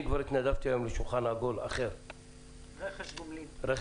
אני כבר התנדבתי היום לשולחן עגול בנושא רכש גומלין,